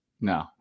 No